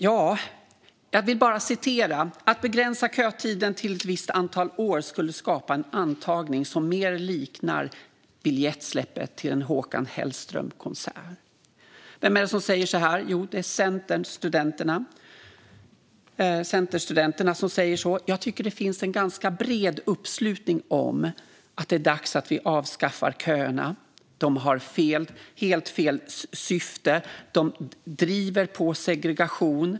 Jag vill bara citera följande: "Att begränsa kötiden till ett visst antal år skulle skapa en antagning som mer liknar biljettsläppet till en Håkan Hellström-konsert". Vem är det som säger så? Jo, det är Centerstudenter som säger så. Jag tycker att det finns en ganska bred uppslutning bakom att det är dags att vi avskaffar köerna. De har helt fel syfte. De driver på segregation.